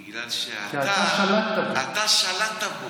בגלל שאתה שלטת בו.